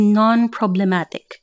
non-problematic